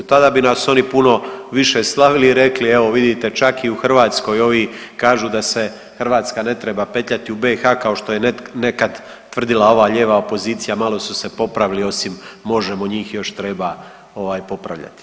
Tada bi nas oni puno više slavili i rekli, evo vidite, čak i u Hrvatskoj ovi kažu da se Hrvatska ne treba petljati u BiH, kao što je nekad tvrdila ova lijeva opozicija, malo su se popravili osim Možemo!, njih još treba popravljati.